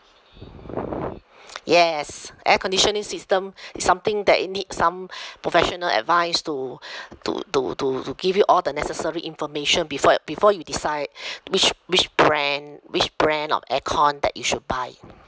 yes air conditioning system is something that it need some professional advice to to to to to give you all the necessary information before you before you decide which which brand which brand of aircon that you should buy